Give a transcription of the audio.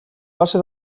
passe